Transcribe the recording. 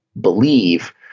Believe